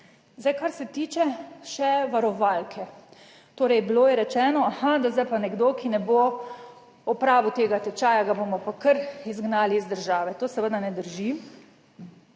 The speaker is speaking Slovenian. Zdaj, kar se tiče še varovalke. Torej, bilo je rečeno, aha, da zdaj pa nekdo, ki ne bo opravil tega tečaja, ga bomo pa kar izgnali iz države, to seveda ne drži.